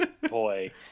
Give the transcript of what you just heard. Boy